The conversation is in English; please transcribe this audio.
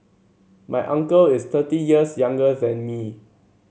my uncle is thirty years younger than me